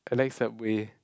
I like subway